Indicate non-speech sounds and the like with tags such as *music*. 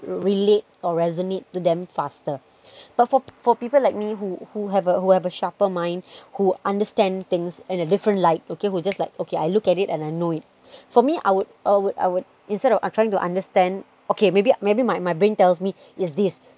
relate or resonate to them faster *breath* but for for people like me who who have who have a sharper mind *breath* who understand things in a different light okay who just like okay I looked at it and I know it for me I would I would I would instead of I'm trying to understand okay maybe maybe my my brain tells me it's this